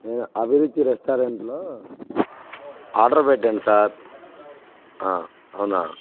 నేను అభిరుచి రెస్టారెంట్లో ఆర్డర్ పెట్టాను సార్ అవునా